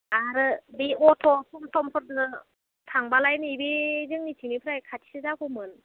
आरो बे अट' थमथमफोरदो थांब्लालाय नैबे जोंनिथिंनिफ्राय खाथिसो जागौमोन